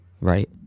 Right